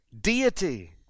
deity